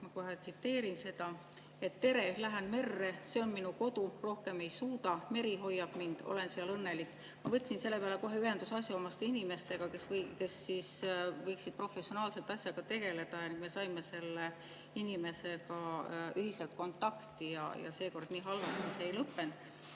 Ma kohe tsiteerin teda: "Tere! Lähen merre. See on minu kodu, rohkem ei suuda. Meri hoiab mind, olen seal õnnelik." Ma võtsin selle peale kohe ühendust asjaomaste inimestega, kes võiksid professionaalselt asjaga tegeleda. Me saime selle inimesega ühiselt kontakti ja seekord see nii halvasti ei lõppenud. Te